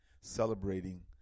celebrating